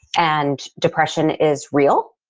and depression is real.